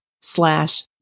slash